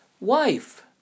wife